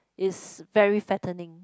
it's very fattening